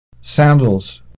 sandals